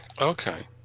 okay